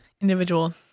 individual